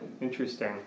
Interesting